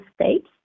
States